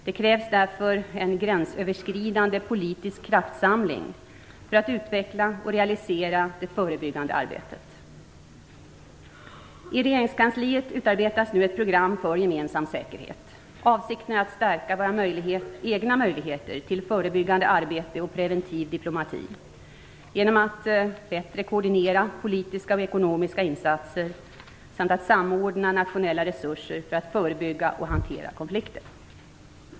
Det krävs därför en gränsöverskridande politisk kraftsamling för att utveckla och realisera det förebyggande arbetet. I regeringskansliet utarbetas nu ett program för gemensam säkerhet. Avsikten är att stärka våra egna möjligheter till förebyggande arbete och preventiv diplomati genom att bättre koordinera politiska och ekonomiska insatser samt att samordna nationella resurser för att förebygga och hantera konflikter.